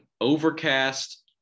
overcast